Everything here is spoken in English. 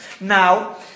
Now